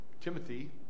Timothy